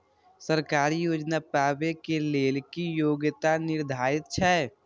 सरकारी योजना पाबे के लेल कि योग्यता निर्धारित छै?